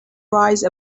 rise